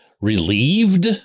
relieved